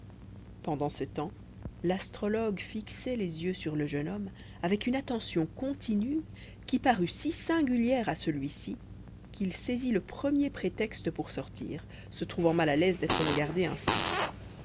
pendant ce temps l'astrologue fixait les yeux sur le jeune homme avec une attention continue qui parut si singulière à celui-ci qu'il saisit le premier prétexte pour sortir se trouvant mal à l'aise d'être regardé ainsi